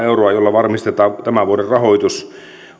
varmistetaan tämän vuoden rahoitus